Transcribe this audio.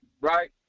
right